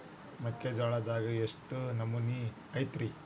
ಮೆಕ್ಕಿಜೋಳದಾಗ ಎಷ್ಟು ನಮೂನಿ ಐತ್ರೇ?